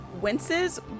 winces